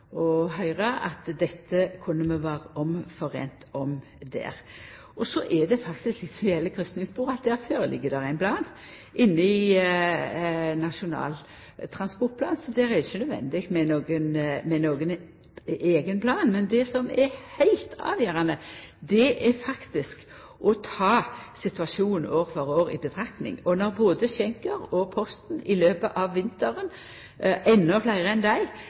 Så er det faktisk slik at når det gjeld kryssingsspor, føreligg det ein plan i Nasjonal transportplan. Det er difor ikkje nødvendig med ein eigen plan. Men det som er heilt avgjerande, er faktisk å ta situasjonen år for år i betraktning. Når både Schenker og Posten – og endå fleire enn dei – i løpet av vinteren